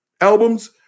albums